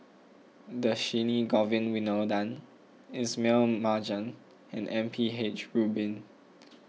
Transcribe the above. Dhershini Govin Winodan Ismail Marjan and M P H Rubin